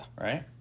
Right